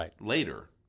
later